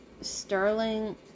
Sterling